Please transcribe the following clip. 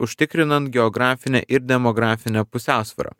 užtikrinant geografinę ir demografinę pusiausvyrą